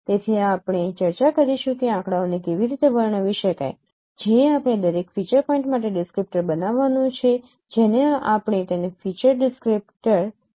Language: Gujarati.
તેથી આપણે ચર્ચા કરીશું કે આંકડાઓને કેવી રીતે વર્ણવી શકાય જે આપણે દરેક ફીચર પોઇન્ટ માટે ડિસ્કરીપ્ટર બનાવવાનું છે જેને આપણે તેને ફીચર ડિસ્કરીપ્ટર કહીએ છીએ